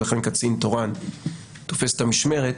ולכן קצין תורן תופס את המשמרת,